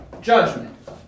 judgment